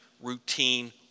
routine